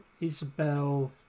Isabel